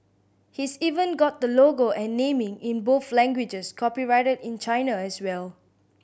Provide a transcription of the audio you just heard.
he's even got the logo and naming in both languages copyrighted in China as well